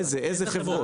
איזה חברות?